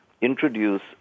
introduce